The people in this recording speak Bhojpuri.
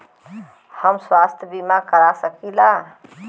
हम स्वास्थ्य बीमा करवा सकी ला?